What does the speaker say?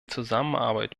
zusammenarbeit